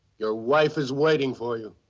your wife is waiting for you.